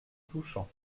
touchant